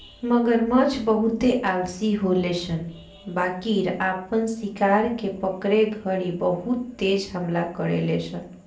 मगरमच्छ बहुते आलसी होले सन बाकिर आपन शिकार के पकड़े घड़ी बहुत तेज हमला करेले सन